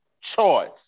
choice